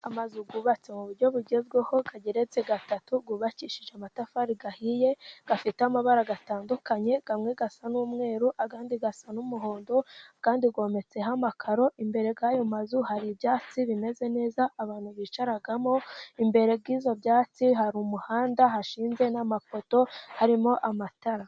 Amazu yubatse mu buryo bugezweho ageretse gatatu yubakishije amatafari ahiye, afite amabara atandukanye amwe asa n'umweru, andi asa n'umuhondo. Kandi yometseho amakaro, imbere hayo mazu hari ibyatsi bimeze neza abantu bicaragamo, imbere yibyo byatsi hari umuhanda, hashinze n'amapoto, harimo amatara.